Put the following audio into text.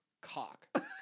Cock